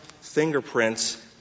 fingerprints